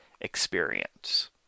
experience